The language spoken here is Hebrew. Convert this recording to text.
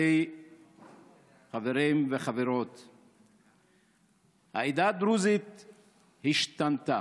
חברים וחברות, העדה הדרוזית השתנתה.